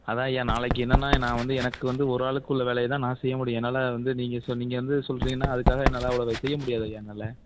அதான்யா நாளைக்கு என்னென்னா நான் வந்து எனக்கு வந்து ஒரு ஆளுக்குள்ள வேலையை தான் நான் செய்ய முடியும் என்னால் வந்து நீங்கள் சொன்னீங்க நீங்கள் வந்து சொல்கிறீங்கன்னா அதுக்காக என்னால் அவ்ளவு செய்ய முடியாதுய்யா என்னால்